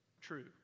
true